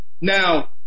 Now